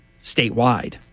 Statewide